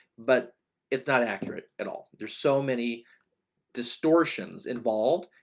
but it's not accurate at all, there's so many distortions involved,